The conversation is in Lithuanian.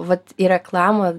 vat į reklamą